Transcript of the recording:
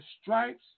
stripes